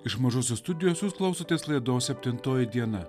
iš mažosios studijos jūs klausotės laidos septintoji diena